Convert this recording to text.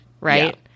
right